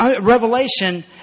revelation